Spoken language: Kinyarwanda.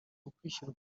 ukwishyira